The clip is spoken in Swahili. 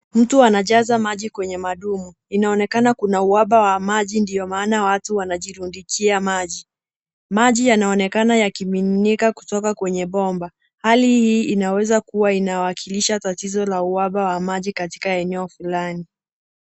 Mtu anajaza maji kwenye madumu, inaonekana kuna uhaba wa maji ndio maana watu wanajirundukia maji. Maji yanaonekana yakimiminika kutoka kwenye bomba. Hali hii inaweza kuwa inawakilisha tatizo la uhaba wa maji katika eneo fulani.